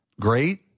great